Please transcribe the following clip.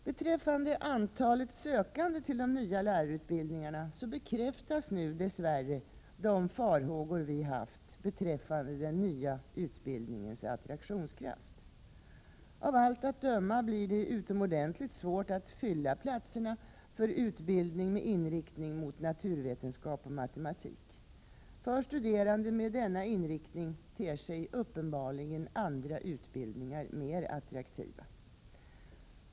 Beträffande antalet sökande till de nya lärarutbildningarna bekräftas nu dess värre de farhågor vi haft beträffande den nya utbildningens attraktionskraft. Av allt att döma blir det utomordentligt svårt att fylla platserna för utbildning med inriktning mot naturvetenskap och matematik. För studerande med denna inriktning ter sig uppenbarligen andra utbildningar mer attraktiva.